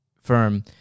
firm